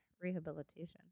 rehabilitation